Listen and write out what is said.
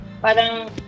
parang